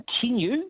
continue